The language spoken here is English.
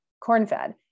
corn-fed